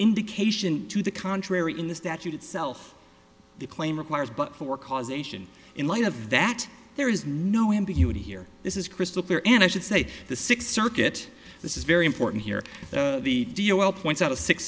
indication to the contrary in the statute itself the claim requires but for causation in light of that there is no ambiguity here this is crystal clear and i should say the sixth circuit this is very important here the well points out of six